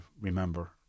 remember